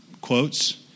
quotes